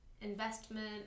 investment